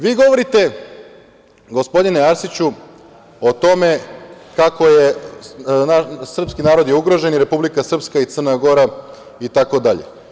Vi govorite, gospodine Arsiću, o tome kako je srpski narod ugrožen i Republika Srpska i Crna Gora i tako dalje.